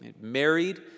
Married